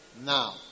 Now